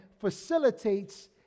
facilitates